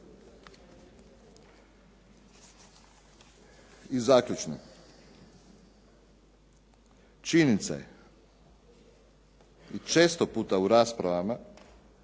I zaključno. Činjenica je i često puta u raspravama